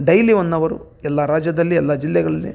daily one hour ಎಲ್ಲ ರಾಜ್ಯದಲ್ಲಿ ಎಲ್ಲ ಜಿಲ್ಲೆಗಳಲ್ಲಿ